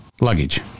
Luggage